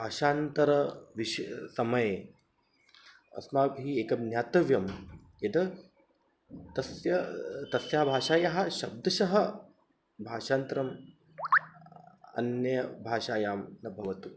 भाषान्तरः विषयः समये अस्माभिः एकं ज्ञातव्यं यद् तस्य तस्याः भाषायाः शब्दशः भाषान्तरम् अन्यभाषायां न भवतु